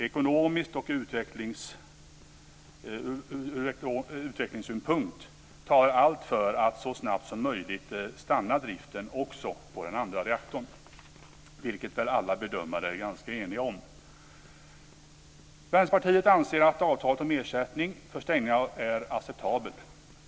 Ekonomiskt och ur utvecklingssynpunkt talar allt för att så snabbt som möjligt stoppa driften också på den andra reaktorn, vilket väl alla bedömare är ganska eniga om. Vänsterpartiet anser att avtalet om ersättning för stängning är acceptabelt.